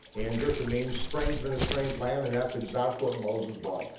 and gershom means stranger in a strange land, and that's exactly what moses was.